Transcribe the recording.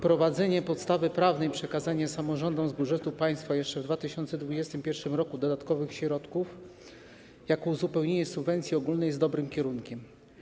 Wprowadzenie podstawy prawnej przekazania samorządom z budżetu państwa jeszcze w 2021 r. dodatkowych środków, jako uzupełnienie subwencji ogólnej, jest dobrym kierunkiem.